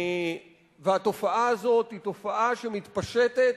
והתופעה הזאת מתפשטת